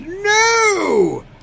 No